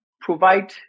provide